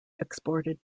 exported